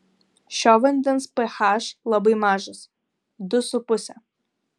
šio vandens ph labai mažas du su puse